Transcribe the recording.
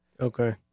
Okay